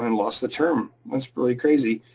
and lost the term, that's really crazy.